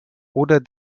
oder